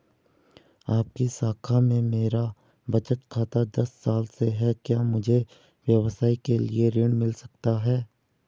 आपकी शाखा में मेरा बचत खाता दस साल से है क्या मुझे व्यवसाय के लिए ऋण मिल सकता है?